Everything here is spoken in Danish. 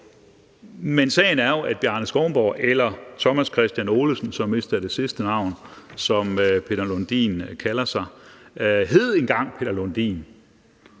Men sagen er jo, at Bjarne Skounborg eller Thomas Christian Olesen, som vist er det sidste navn, som Peter Lundin kalder sig, engang hed Peter Lundin.